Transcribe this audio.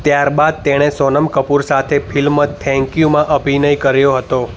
ત્યારબાદ તેમણે સોનમ કપૂર સાથે ફિલ્મ થૅન્ક યુમાં અભિનય કર્યો હતો